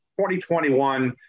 2021